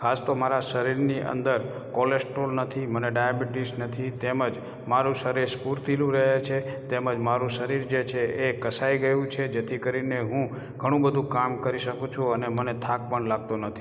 ખાસ તો મારા શરીરની અંદર કોલેસ્ટ્રોલ નથી મને ડાયબિટીસ નથી તેમજ મારૂ શરીર સ્ફૂર્તિલું રહે છે તેમજ મારૂ શરીર જે છે એ કસાઈ ગયું છે જેથી કરીને હું ઘણું બધુ કામ કરી શકું છું અને મને થાક પણ લાગતો નથી